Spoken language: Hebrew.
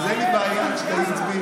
אמרת לי שאתה עייף,